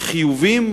חיובים